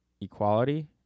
equality